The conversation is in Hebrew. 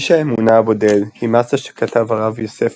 "איש האמונה הבודד" היא מסה שכתב הרב יוסף